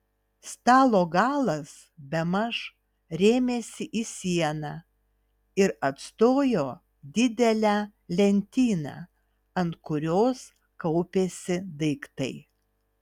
stalo galas bemaž rėmėsi į sieną ir atstojo didelę lentyną ant kurios kaupėsi daiktai